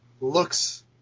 looks